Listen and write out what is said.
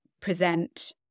present